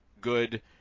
good